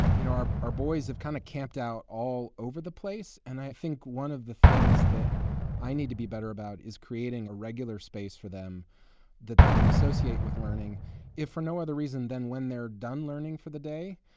you know, our our boys have kind of camped out all over the place. and i think one of the things that i need to be better about is creating a regular space for them that they can associate with learning if, for no other reason, then when they're done learning for the day,